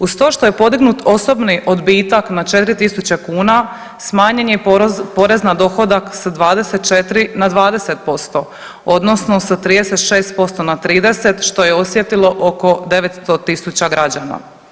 Uz to što je podignut osobni odbitak na 4 tisuće kuna, smanjen je porez na dohodak s 24 na 20%, odnosno sa 36% na 30%, što je osjetilo oko 900 tisuća građana.